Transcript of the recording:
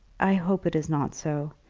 i hope it is not so.